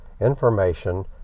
information